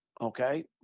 Okay